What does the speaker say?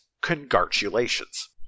Congratulations